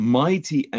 mighty